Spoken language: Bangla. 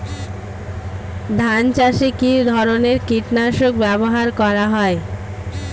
ধান চাষে কী ধরনের কীট নাশক ব্যাবহার করা হয়?